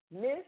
Miss